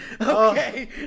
okay